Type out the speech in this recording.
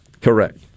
Correct